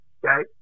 okay